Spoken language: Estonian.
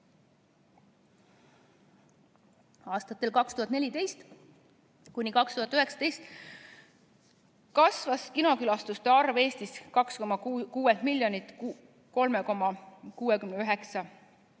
Aastatel 2014–2019 kasvas kinokülastuste arv Eestis 2,6 miljonilt 3,69 miljonini.